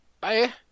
Bye